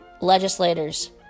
Legislators